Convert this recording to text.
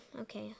okay